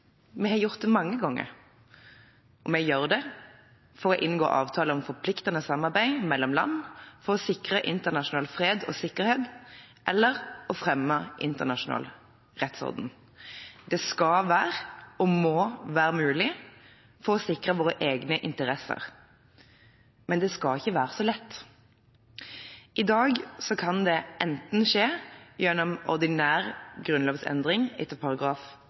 Vi har gjort det mange ganger. Vi gjør det for å inngå avtaler om forpliktende samarbeid mellom land for å sikre internasjonal fred og sikkerhet eller fremme internasjonal rettsorden. Det skal og må være mulig for å sikre våre egne interesser, men det skal ikke være så lett. I dag kan det enten skje gjennom ordinær grunnlovsendring etter